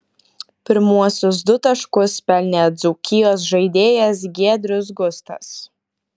pirmuosius du taškus pelnė dzūkijos žaidėjas giedrius gustas